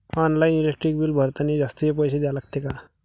Online electric bill भरतानी जास्तचे पैसे द्या लागते का?